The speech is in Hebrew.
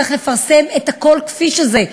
צריך לפרסם את הכול כפי שזה,